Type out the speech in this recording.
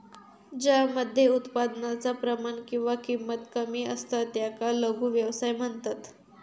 ज्या मध्ये उत्पादनाचा प्रमाण किंवा किंमत कमी असता त्याका लघु व्यवसाय म्हणतत